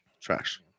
trash